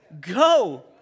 Go